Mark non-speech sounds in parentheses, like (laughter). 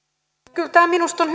kyllä tämä minusta on (unintelligible)